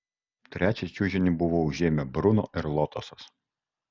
trečią čiužinį buvo užėmę bruno ir lotosas